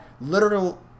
literal